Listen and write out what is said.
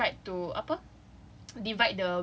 and then cause at first they tried to apa